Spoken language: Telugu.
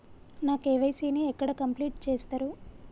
నా కే.వై.సీ ని ఎక్కడ కంప్లీట్ చేస్తరు?